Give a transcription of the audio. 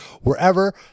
wherever